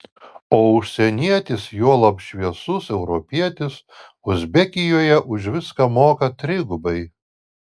o užsienietis juolab šviesus europietis uzbekijoje už viską moka trigubai